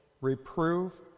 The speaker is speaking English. reprove